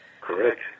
Correct